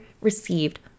received